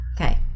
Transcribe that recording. okay